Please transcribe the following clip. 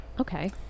Okay